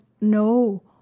no